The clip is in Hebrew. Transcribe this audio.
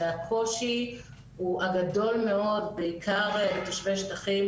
שהקושי הגדול מאוד בעיקר לתושבי שטחים,